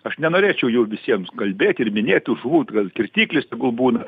aš nenorėčiau jau visiems kalbėt ir minėt tų žuvų gal kirtiklis tegul būna